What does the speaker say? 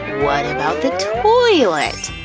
what about that toilet?